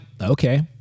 okay